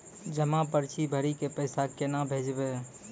जमा पर्ची भरी के पैसा केना भेजबे?